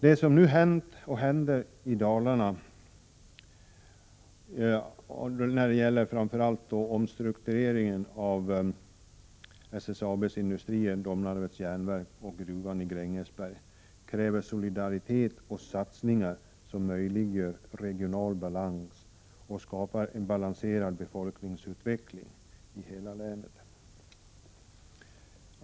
Det som nu har hänt och händer i Dalarna, framför allt när det gäller omstruktureringen av SSAB:s industrier, Domnarvets Jernverk och gruvan i Grängesberg, kräver solidaritet och satsningar som möjliggör regional balans och skapar en balanserad befolkningsutveckling i hela länet.